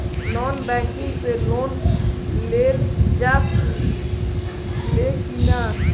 Non banking से loan लेल जा ले कि ना?